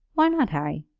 why not, harry?